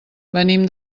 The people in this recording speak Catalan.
venim